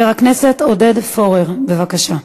הצעות מס' 4382, 4383,